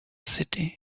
city